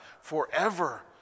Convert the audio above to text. forever